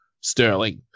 Sterling